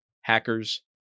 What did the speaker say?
hackers